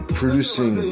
producing